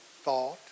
thought